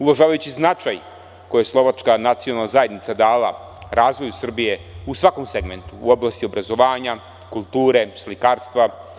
Uvažavajući značaj koji je slovačka zajednica dala razvoju Srbije u svakom segmentu, u oblasti obrazovanja, kulture, slikarstva.